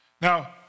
Now